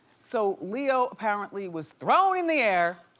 so leo apparently was thrown in the air,